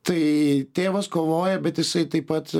tai tėvas kovoja bet jisai taip pat